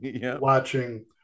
watching